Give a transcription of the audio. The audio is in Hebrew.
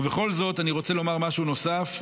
בכל זאת, אני רוצה לומר משהו נוסף,